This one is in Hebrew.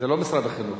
זה לא משרד החינוך.